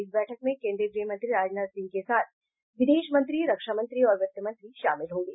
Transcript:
इस बैठक में केन्द्रीय गृह मंत्री राजनाथ सिंह के साथ विदेश मंत्री रक्षा मंत्री और वित्त मंत्री शामिल होंगे